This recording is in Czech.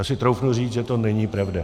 Já si troufnu říct, že to není pravda.